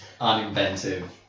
uninventive